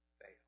fail